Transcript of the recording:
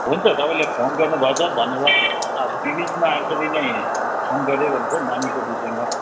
हुन्छ तपाईँले फोन गर्नु भएछ धन्यवाद अब बिच बिचमा यसरी नै फोन गर्दै गर्नुहोस् है नानीको विषयमा